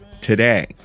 today